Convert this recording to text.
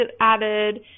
added